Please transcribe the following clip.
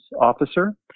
officer